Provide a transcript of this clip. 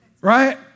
Right